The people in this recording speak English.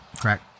correct